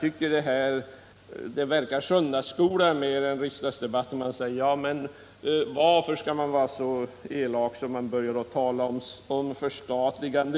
Det verkar mera söndagsskola än riksdagsdebatt när herr Börjesson säger: Varför skall man vara så elak att man börjar tala om förstatligande?